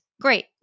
great